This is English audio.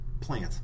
plant